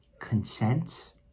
consent